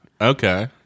Okay